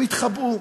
הם התחבאו.